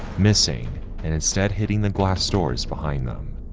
missing and instead hitting the glass doors behind them.